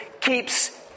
keeps